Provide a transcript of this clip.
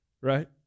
Right